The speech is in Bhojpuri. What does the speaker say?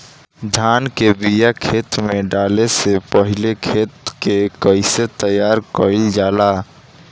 धान के बिया खेत में डाले से पहले खेत के कइसे तैयार कइल जाला?